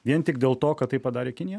vien tik dėl to kad tai padarė kinija